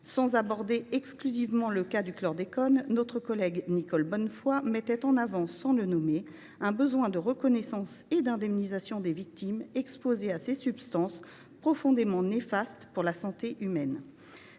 Sans aborder exclusivement le cas du chlordécone, notre collègue Bonnefoy mettait ainsi en avant, sans le nommer, un besoin de reconnaissance et d’indemnisation des victimes exposées à ces substances profondément néfastes à la santé humaine.